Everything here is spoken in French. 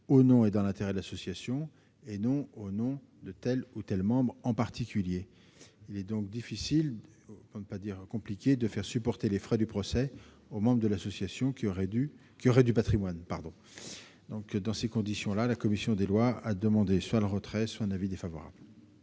au nom et dans l'intérêt de l'association, et non pas au nom de tel ou tel membre en particulier. Il est donc difficile, pour ne pas dire compliqué, de faire supporter les frais du procès aux membres de l'association qui auraient du patrimoine. Dans ces conditions, je sollicite le retrait de cet amendement, faute de quoi j'émettrai un avis défavorable.